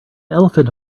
elephant